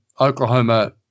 Oklahoma –